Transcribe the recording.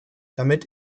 damit